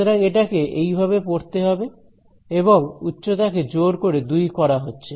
সুতরাং এটাকে এইভাবে পড়তে হবে এবং উচ্চতা কে জোর করে 2 করা হচ্ছে